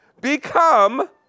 Become